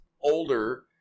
older